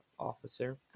Officer